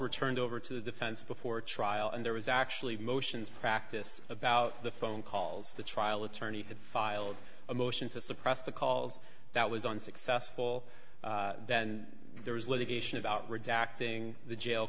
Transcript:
were turned over to the defense before trial and there was actually motions practice about the phone calls the trial attorney had filed a motion to suppress the calls that was unsuccessful then there was litigation about redacting the jail